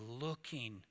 looking